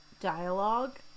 dialogue